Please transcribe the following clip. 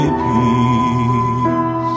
peace